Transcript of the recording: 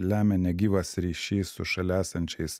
lemia negyvas ryšys su šalia esančiais